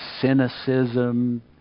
cynicism